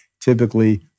typically